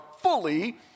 fully